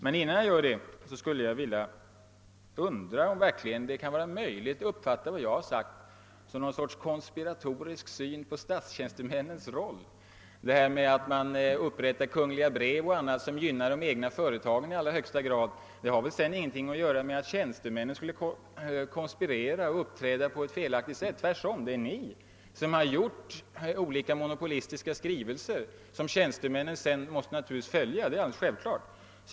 Men först frågar jag om det verkligen är möjligt att uppfatta vad jag sagt som något slags konspiratorisk syn på statstjänstemännens roll. Att man upprättar kungliga brev och annat som gynnar de egna företagen i allra högsta grad har väl ingenting att göra med att tjänstemännen skulle konspirera och uppträda på felaktigt sätt. Tvärtom. Det är ni som har åstadkommit olika monopolitiska skrivelser, som tjänstemännen sedan naturligtvis måste följa.